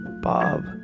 Bob